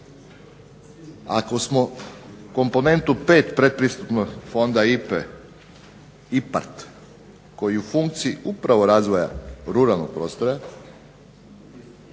Ako smo komponentu 5 predpristupnog fonda IPARD koja je u funkciji razvoja ruralnog prostora